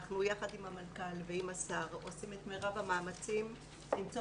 יחד עם המנכ"ל ועם השר אנחנו עושים את מרב המאמצים למצוא